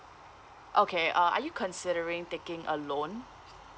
okay uh are you considering taking a loan